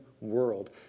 world